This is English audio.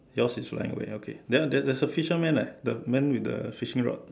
yours is flying where okay then there is a fisherman eh the man with the fishing rod